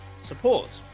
support